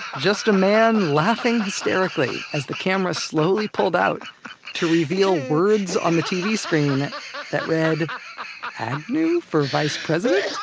just a man laughing hysterically as the camera slowly pulled out to reveal words on the tv screen that read agnew for vice president?